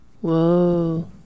Whoa